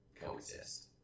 coexist